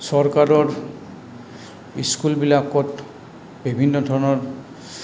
চৰকাৰৰ স্কুলবিলাকত বিভিন্ন ধৰণৰ